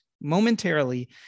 momentarily